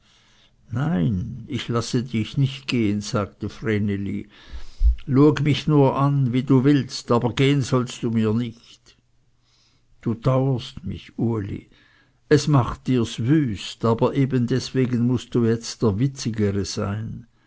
nein ich lasse dich nicht gehen sagte vreneli lueg mich nur an wie du willst aber gehn sollst mir nicht du daurest mich uli es macht dirs wüst aber eben deswegen mußt du jetzt der witzigere sein